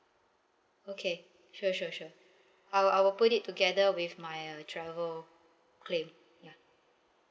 okay sure sure sure I I will put it together with my uh travel claim ya